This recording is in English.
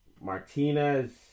Martinez